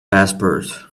passport